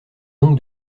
donc